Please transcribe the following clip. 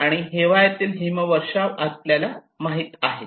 आणि हिवाळ्यातील हिमवर्षाव आपल्याला माहित आहे